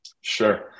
Sure